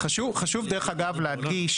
דרך אגב, חשוב להדגיש